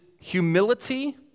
humility